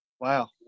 Wow